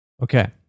Okay